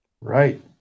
Right